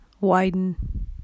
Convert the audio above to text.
widen